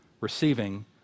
Receiving